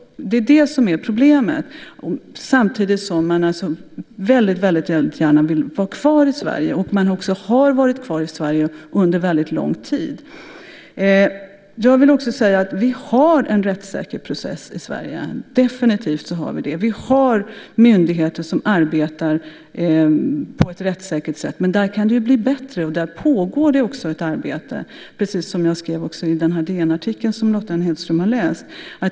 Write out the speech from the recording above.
Det är det som är problemet, samtidigt som man vill vara kvar i Sverige och har varit kvar i Sverige under lång tid. Vi har definitivt en rättssäker process i Sverige. Vi har myndigheter som arbetar på ett rättssäkert sätt. Där kan det bli bättre, och där pågår ett arbete - precis som jag skrev i DN-artikeln som Lotta Hedström har läst.